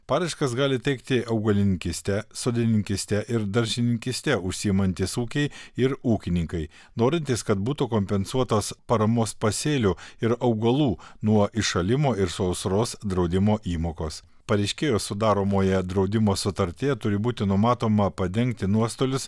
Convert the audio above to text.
paraiškas gali teikti augalininkyste sodininkyste ir daržininkyste užsiimantys ūkiai ir ūkininkai norintys kad būtų kompensuotos paramos pasėlių ir augalų nuo iššalimo ir sausros draudimo įmokos pareiškėjo sudaromoje draudimo sutartyje turi būti numatoma padengti nuostolius